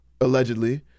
allegedly